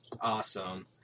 Awesome